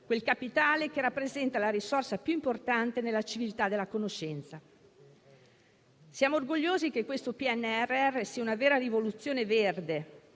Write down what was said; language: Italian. del capitale umano, che rappresenta la risorsa più importante nella civiltà della conoscenza. Siamo orgogliosi che questo PNRR sia una vera rivoluzione verde,